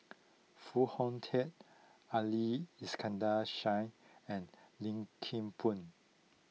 Foo Hong Tatt Ali Iskandar Shah and Lim Kim Boon